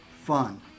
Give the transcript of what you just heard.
fun